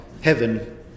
heaven